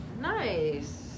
nice